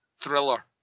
Thriller